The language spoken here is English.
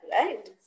right